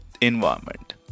environment